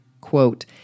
quote